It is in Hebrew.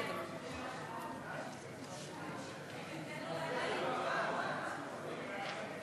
נתנו לה שלושה חודשים, זה לא מספיק.